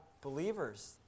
believers